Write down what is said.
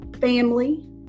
family